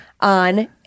on